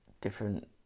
different